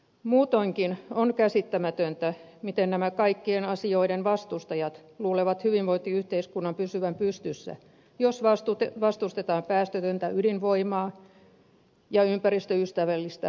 muutoinkin on käsittämätöntä miten nämä kaikkien asioiden vastustajat luulevat hyvinvointiyhteiskunnan pysyvän pystyssä jos vastustetaan päästötöntä ydinvoimaa ja ympäristöystävällistä vesivoimaa